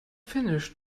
finished